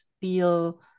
feel